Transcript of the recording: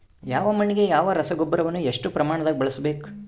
ಯಾವ ಮಣ್ಣಿಗೆ ಯಾವ ರಸಗೊಬ್ಬರವನ್ನು ಎಷ್ಟು ಪ್ರಮಾಣದಾಗ ಬಳಸ್ಬೇಕು?